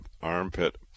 armpit